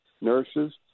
nurses